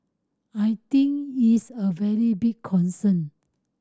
I think it's a very big concern